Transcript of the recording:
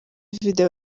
video